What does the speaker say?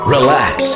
Relax